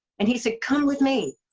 and he said, come with me.